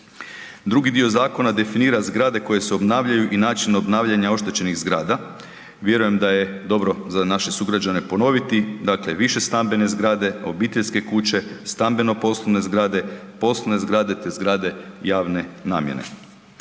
Drugi dio zakona definira zgrade koje se obnavljaju i način obnavljanja oštećenih zgrada. Vjerujem da je dobro za naše sugrađane ponoviti, dakle višestambene zgrade, obiteljske kuće, stambeno-poslovne zgrade, poslovne zgrade te zgrade javne namjene.